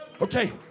Okay